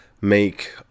make